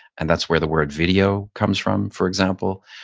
and that's where the word video comes from for example.